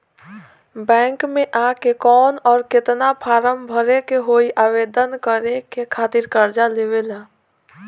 Bank मे आ के कौन और केतना फारम भरे के होयी आवेदन करे के खातिर कर्जा लेवे ला?